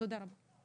תודה.